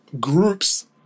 groups